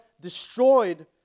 destroyed